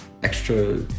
extra